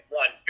one